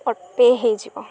autopay ହୋଇଯିବ